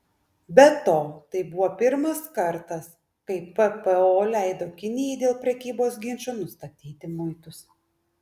be to tai buvo pirmas kartas kai ppo leido kinijai dėl prekybos ginčo nustatyti muitus